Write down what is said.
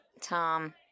Tom